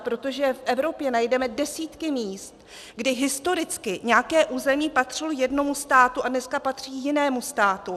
Protože v Evropě najdeme desítky míst, kdy historicky nějaké území patřilo jednomu státu a dneska patří jinému státu.